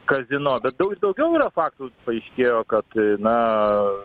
kazino bet daug daugiau yra faktų paaiškėjo kad na